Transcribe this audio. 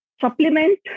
supplement